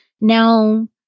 Now